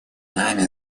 нами